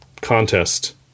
contest